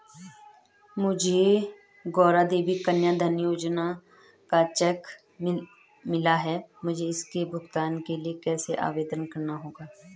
मुझे गौरा देवी कन्या धन योजना का चेक मिला है मुझे इसके भुगतान के लिए कैसे आवेदन करना होगा?